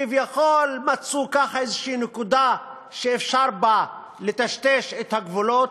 כביכול מצאו איזושהי נקודה שאפשר לטשטש אתה את הגבולות,